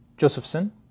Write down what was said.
Josephson